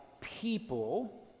people